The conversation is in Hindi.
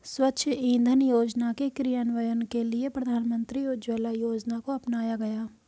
स्वच्छ इंधन योजना के क्रियान्वयन के लिए प्रधानमंत्री उज्ज्वला योजना को अपनाया गया